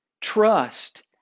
Trust